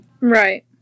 Right